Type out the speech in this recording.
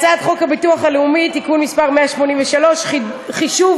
הצעת חוק הביטוח הלאומי (תיקון מס' 183) (חישוב